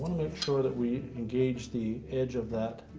make sure that we engage the edge of that